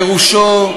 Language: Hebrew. פירושו,